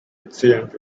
accidents